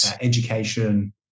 education